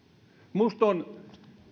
minusta on